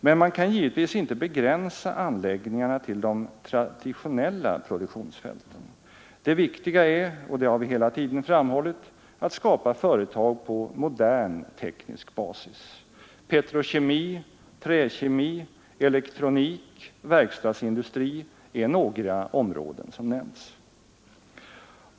Men man kan givetvis inte begränsa anläggningarna till de traditionella produktionsfälten. Det viktiga är — och det har vi hela tiden framhållit — att skapa företag på modern teknisk basis. Petrokemi, träkemi, elektronik, verkstadsindustri är några områden som nämnts.